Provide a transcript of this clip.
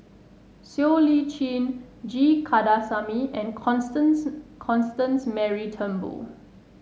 Siow Lee Chin G Kandasamy and Constance Constance Mary Turnbull